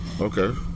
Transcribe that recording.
okay